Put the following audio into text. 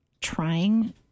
trying